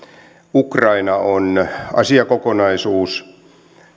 ukraina on asiakokonaisuus